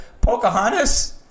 Pocahontas